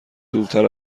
دورتر